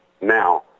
Now